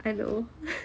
I know